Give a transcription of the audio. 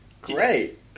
Great